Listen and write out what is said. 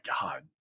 God